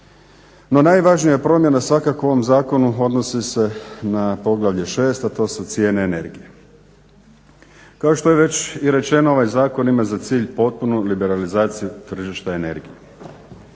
No najvažnija promjena svakako u ovom zakonu odnosi se na poglavlje 6, a to su cijene energije. Kao što je već rečeno ovaj zakona ima za cilj potpunu liberalizaciju tržišta energije.